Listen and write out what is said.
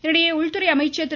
இதனிடையே உள்துறை அமைச்சர் திரு